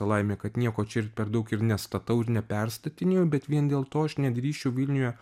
laimė kad nieko čia ir per daug ir nestatau ir neperstatinėju bet vien dėl to aš nedrįsčiau vilniuje